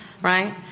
right